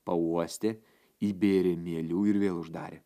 pauostė įbėrė mielių ir vėl uždarė